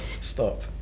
stop